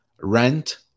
Rent